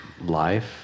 life